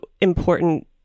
important